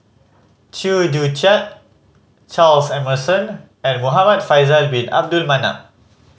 Chew Joo Chiat Charles Emmerson and Muhamad Faisal Bin Abdul Manap